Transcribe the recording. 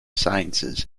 sciences